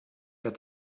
der